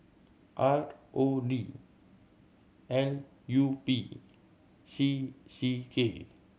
R O D L U P C C K